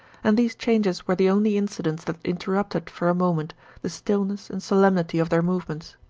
and these changes were the only incidents that interrupted for a moment the stillness and solemnity of their movements.